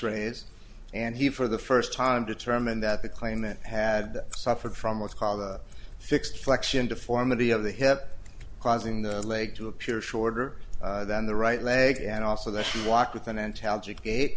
his and he for the first time determined that the claimant had suffered from what's called a fixed flexion deformity of the hip causing the leg to appear shorter than the right leg and also the walk with an intelligent ga